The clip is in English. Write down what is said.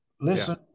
Listen